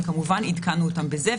וכמובן עדכנו אותם בזה.